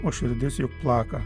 o širdis juk plaka